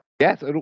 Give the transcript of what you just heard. Yes